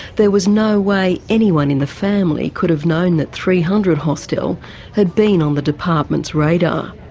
there was no way anyone in the family could have known that three hundred hostel had been on the department's radar,